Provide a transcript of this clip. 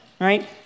right